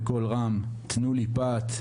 בקול רם "תנו לי פת",